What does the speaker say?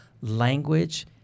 language